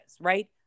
right